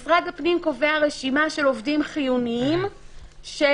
משרד הפנים קובע רשימה של עובדים חיוניים שהם